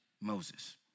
Moses